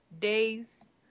days